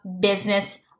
business